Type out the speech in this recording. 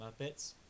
Muppets